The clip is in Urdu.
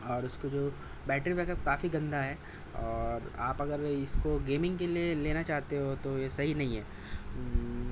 اور اس کو جو بیٹری بیک اپ کافی گندا ہے اور آپ اگر اس کو گیمنگ کے لیے لینا چاہتے ہو تو یہ صحیح نہیں ہے